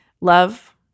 love